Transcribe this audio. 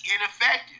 ineffective